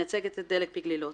אני מייצגת את דלק פי גלילות.